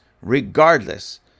Regardless